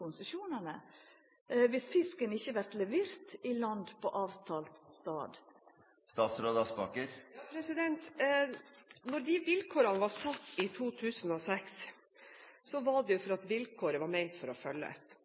viss fisken ikkje vert levert i land på avtalt stad? Da de vilkårene ble satt i 2006, var det fordi vilkårene var ment for å